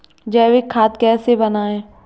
जैविक खाद कैसे बनाएँ?